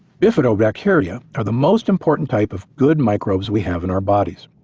bifidobacteria are the most important type of good microbes we have in our bodies.